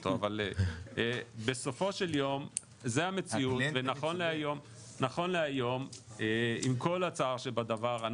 אבל בסופו של יום זו המציאות ונכון להיום עם כל הצער שבדבר,